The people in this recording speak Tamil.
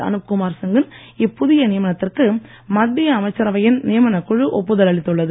அனுப் குமார் சிங் கின் இப்புதிய நியமனத்திற்கு மத்திய அமைச்சரவையின் நியமனக் குழு ஒப்புதல் அளித்துள்ளது